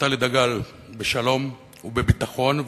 ונפתלי דגל בשלום ובביטחון,